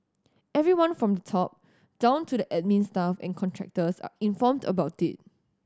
everyone from the top down to the admin staff and contractors are informed about it